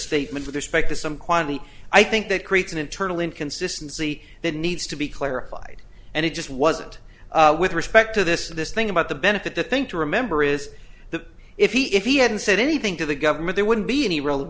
statement with respect to some quantity i think that creates an internal inconsistency that needs to be clarified and it just wasn't with respect to this this thing about the benefit the thing to remember is that if he if he hadn't said anything to the government there wouldn't be any re